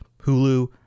Hulu